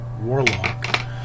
warlock